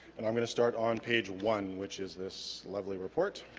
and i'm gonna start on page one which is this lovely report